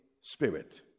Spirit